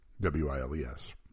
W-I-L-E-S